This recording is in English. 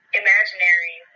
imaginary